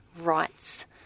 rights